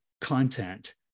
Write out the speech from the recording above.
content